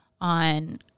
on